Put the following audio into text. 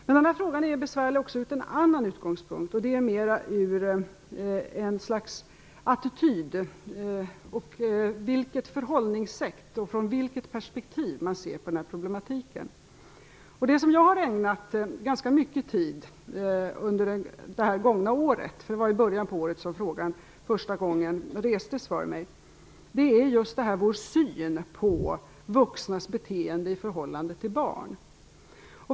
Men frågan är besvärlig också utifrån en annan utgångspunkt. Det handlar om vilken attityd och vilket förhållningssätt man har och från vilket perspektiv man ser på den här problematiken. Det jag har ägnat ganska mycket tid under det gångna året - det var i början på året som frågan första gången restes för mig - är vår syn på vuxnas beteende i förhållande till barn.